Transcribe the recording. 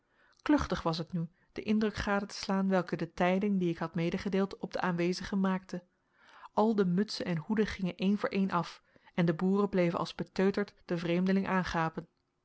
kluchtig was het nu den indruk gade te slaan welken de tijding die ik had medegedeeld op de aanwezigen maakte al de mutsen en hoeden gingen een voor een af en de boeren bleven als beteuterd den vreemdeling aangapen